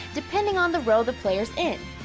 depending on the row the player's in.